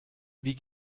wie